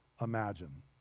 imagine